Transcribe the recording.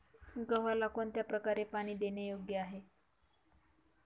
गव्हाला कोणत्या प्रकारे पाणी देणे योग्य आहे?